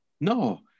No